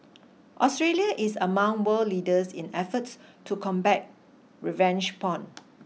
Australia is among world leaders in efforts to combat revenge porn